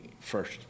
first